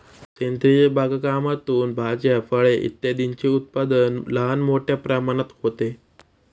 सेंद्रिय बागकामातून भाज्या, फळे इत्यादींचे उत्पादन लहान मोठ्या प्रमाणात होते